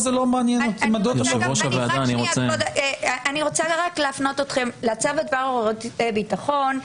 אני רוצה רק להפנות אתכם לצו בדבר הוראות ביטחון,